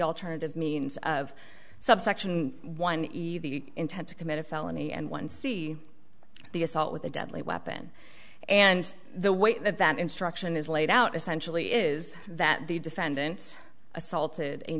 alternative means of subsection one either the intent to commit a felony and one see the assault with a deadly weapon and the way that that instruction is laid out essentially is that the defendant assaulted a